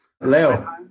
Leo